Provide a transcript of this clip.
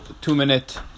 two-minute